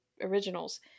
originals